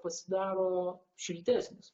pasidaro šiltesnis